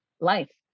life